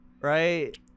right